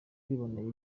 twiboneye